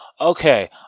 okay